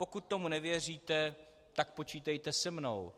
Pokud tomu nevěříte, počítejte se mnou.